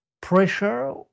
pressure